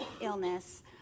illness